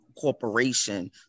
corporation